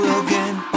again